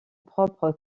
propre